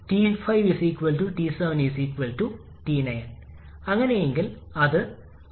ഇതിനായി ചരിത്രപരമായി gas turbine സൈക്കിളുകളിലോ അനുയോജ്യമായ ബ്രൈറ്റൺ സൈക്കിളുകളിലോ നിരവധി മാറ്റങ്ങൾ വരുത്തി